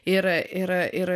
ir ir ir